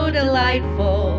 delightful